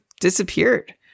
disappeared